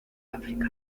áfrica